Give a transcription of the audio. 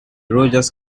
rogers